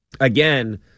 again